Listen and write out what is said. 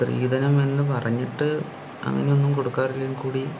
സ്ത്രീധനം എന്ന് പറഞ്ഞിട്ട് അങ്ങനെയൊന്നും കൊടുക്കാറില്ലെങ്കിൽ കൂടി